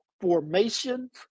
formations